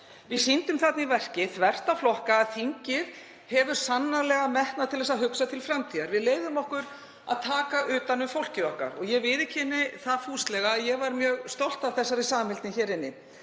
Við sýndum þarna í verki þvert á flokka að þingið hefur sannarlega metnað til að hugsa til framtíðar. Við leyfðum okkur að taka utan um fólkið okkar og ég viðurkenni fúslega að ég var mjög stolt af þeirri samheldni hér inni.